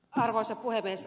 arvoisa puhemies